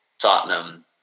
Tottenham